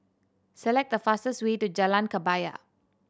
select the fastest way to Jalan Kebaya